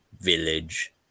village